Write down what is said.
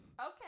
Okay